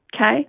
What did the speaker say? Okay